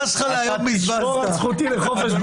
וכשהלך בנט ואמר: אני לא אקים ממשלה עם א',